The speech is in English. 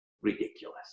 ridiculous